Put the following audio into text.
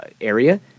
area